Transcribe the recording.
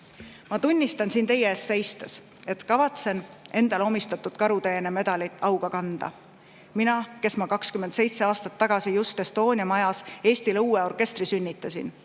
Ma tunnistan siin teie ees seistes, et kavatsen endale antud Karuteene medalit auga kanda – mina, kes ma 27 aastat tagasi just Estonia majas Eestile uue orkestri sünnitasin,